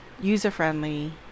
user-friendly